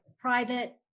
private